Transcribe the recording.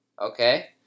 Okay